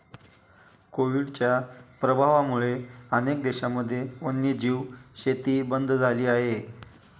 कोविडच्या प्रभावामुळे अनेक देशांमध्ये वन्यजीव शेती बंद झाली आहे